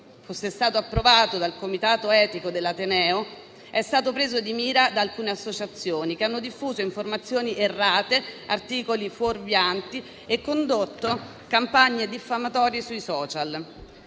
fosse stato approvato dal comitato etico dell'ateneo, è stato preso di mira da alcune associazioni che hanno diffuso informazioni errate, articoli fuorvianti e condotto campagne diffamatorie sui *social.*